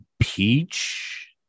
Peach